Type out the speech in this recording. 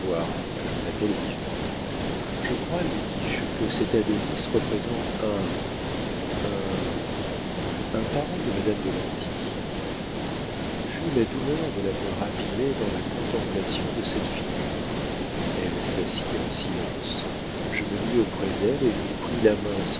ajouta-t-elle vivement je crois lui dis-je que cet adonis représente un un un parent de madame de lanty j'eus la douleur de la voir abîmée dans la contemplation de cette figure elle s'assit en silence je me mis auprès d'elle et lui pris la main